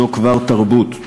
זו כבר תרבות.